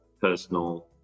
personal